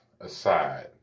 aside